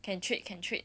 can trade can trade